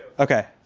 okay.